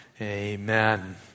Amen